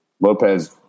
Lopez